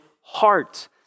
heart